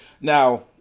Now